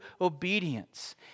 obedience